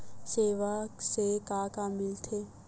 सेवा से का का मिलथे?